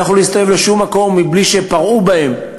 לא יכלו להסתובב בשום מקום בלי שפרעו בהם,